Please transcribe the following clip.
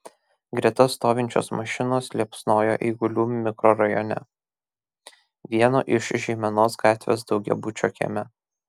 greta stovinčios mašinos liepsnojo eigulių mikrorajone vieno iš žeimenos gatvės daugiabučio kieme